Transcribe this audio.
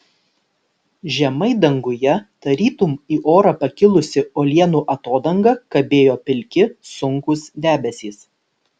žemai danguje tarytum į orą pakilusi uolienų atodanga kabėjo pilki sunkūs debesys